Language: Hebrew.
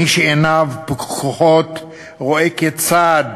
מי שעיניו פקוחות רואה כיצד